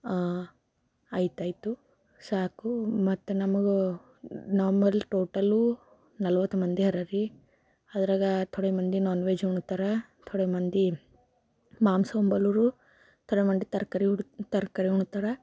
ಆಯ್ತು ಆಯ್ತು ಸಾಕು ಮತ್ತೆ ನಮಗೆ ನಮ್ಮಲ್ಲಿ ಟೋಟಲು ನಲವತ್ತು ಮಂದಿಹರರಿ ಅದರಾಗೆ ಥೊಡೆ ಮಂದಿ ನಾನ್ ವೆಜ್ ಉಣ್ತಾರೆ ಥೊಡೆ ಮಂದಿ ಮಾಂಸ ಉಣ್ಣೋಲ್ಲರು ಥೊಡೆ ಮಂದಿ ತರಕಾರಿ ಉಡ ತರಕಾರಿ ಉಣ್ತಾರೆ